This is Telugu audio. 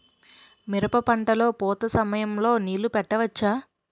మిరప పంట లొ పూత సమయం లొ నీళ్ళు పెట్టవచ్చా?